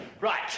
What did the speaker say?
Right